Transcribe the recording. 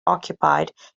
occupied